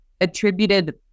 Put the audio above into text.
attributed